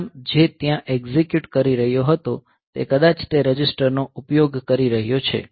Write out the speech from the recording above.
programme જે ત્યાં execute કરી રહ્યો હતો તે કદાચ તે રજિસ્ટરનો ઉપયોગ કરી રહ્યો છે